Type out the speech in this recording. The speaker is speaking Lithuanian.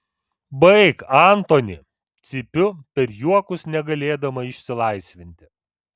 baik antoni cypiu per juokus negalėdama išsilaisvinti